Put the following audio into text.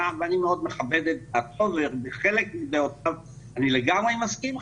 ואני מאוד מכבד את דעתו ועם חלק מדעותיו אני לגמרי מסכים,